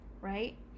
right